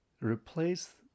Replace